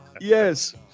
yes